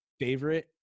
Favorite